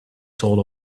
told